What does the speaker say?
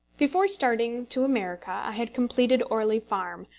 before starting to america i had completed orley farm,